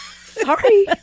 Sorry